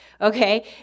Okay